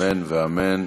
אמן ואמן.